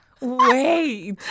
Wait